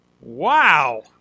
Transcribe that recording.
Wow